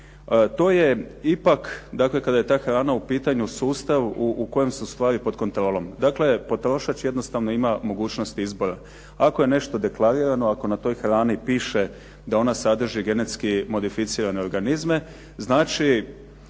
to je ipak dakle kada je ta hrana u pitanju sustav u kojem su stvari pod kontrolom. Dakle, potrošač jednostavno ima mogućnost izbora. Ako je nešto deklarirano, ako na toj hrani piše da ona sadrži genetski modificirane organizme, znači